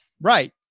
Right